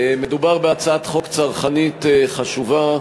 מדובר בהצעת חוק צרכנית חשובה.